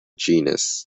genus